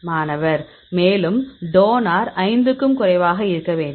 மாணவர் மேலும் டோனர் 5 க்கும் குறைவாக இருக்க வேண்டும்